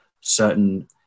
certain